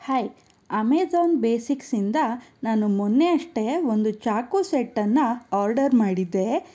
hi Amazon ಬೇಸಿಕ್ಸಿಂದ ನಾನು ಮೊನ್ನೆಯಷ್ಟೇ ಒಂದು ಚಾಕು ಸೆಟ್ಟನ್ನು ಆರ್ಡರ್ ಮಾಡಿದ್ದೆ